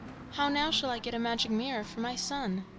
how now shall i get a magic mirror for my son?